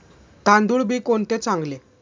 तांदूळ बी कोणते चांगले?